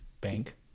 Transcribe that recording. bank